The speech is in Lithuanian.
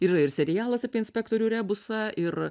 yra ir serialas apie inspektorių rebusą ir